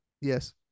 Yes